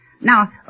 Now